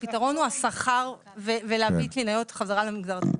הפתרון הוא השכר ולהביא קלינאיות חזרה למגזר הציבורי.